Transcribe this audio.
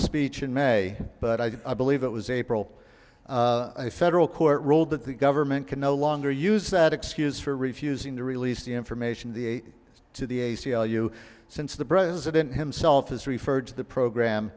speech in may but i believe it was april a federal court ruled that the government can no longer use that excuse for refusing to release the information the aide to the a c l u since the president himself has referred to the program